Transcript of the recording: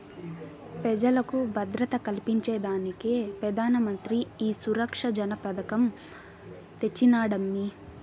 పెజలకు భద్రత కల్పించేదానికే పెదానమంత్రి ఈ సురక్ష జన పెదకం తెచ్చినాడమ్మీ